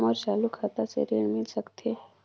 मोर चालू खाता से ऋण मिल सकथे?